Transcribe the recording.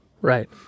Right